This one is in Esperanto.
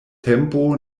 tempo